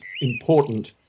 important